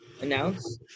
announce